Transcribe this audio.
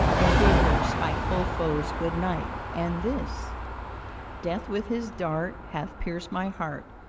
and bid her spightful foes good-night. and this death with his dart hath pierced my heart,